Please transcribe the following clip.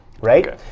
right